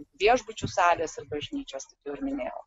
viešbučių salės ir bažnyčios jau minėjau